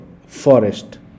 forest